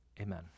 Amen